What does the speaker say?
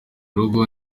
rugo